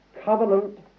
covenant